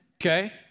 okay